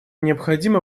необходимо